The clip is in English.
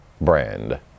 brand